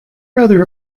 rather